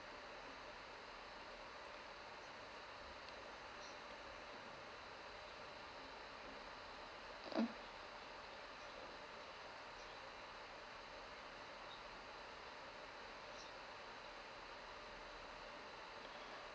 mm